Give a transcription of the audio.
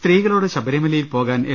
സ്ത്രീകളോട് ശബരിമലയിൽ പോകാൻ എൽ